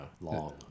long